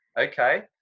Okay